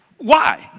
why?